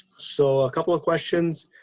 so a couple of questions.